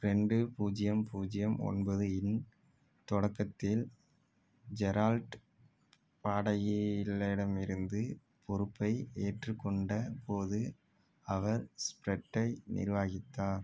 ரெண்டு பூஜ்ஜியம் பூஜ்ஜியம் ஒன்பதையின் தொடக்கத்தில் ஜெரால்ட் பாடகிகளடமிருந்து பொறுப்பை ஏற்றுக் கொண்ட போது அவர் ஸ்ப்ரெட்டை நிர்வாகித்தார்